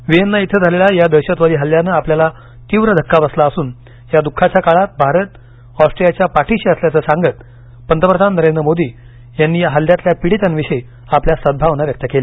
Vienna इथं झालेल्या या दहशतवादी हल्यानं आपल्याला तीव्र धक्का बसला असून या दुःखाच्या काळात भारत ऑस्ट्रियाच्या पाठीशी असल्याचं सांगत पंतप्रधान नरेंद्र मोदी यांनी या हल्ल्यातील पीडीतांविषयी आपल्या सद्भावना व्यक्त केल्या